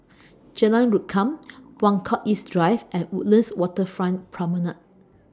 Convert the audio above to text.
Jalan Rukam Buangkok East Drive and Woodlands Waterfront Promenade